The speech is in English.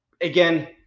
again